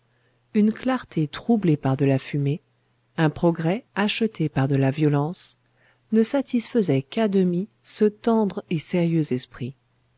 une clarté troublée par de la fumée un progrès acheté par de la violence ne satisfaisaient qu'à demi ce tendre et sérieux esprit